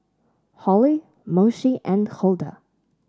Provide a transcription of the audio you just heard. Holly Moshe and Huldah